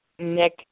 Nick